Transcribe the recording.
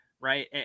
right